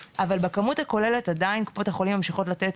אבל בכמות הכוללת עדיין קופות החולים ממשיכות לתת